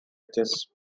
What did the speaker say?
edges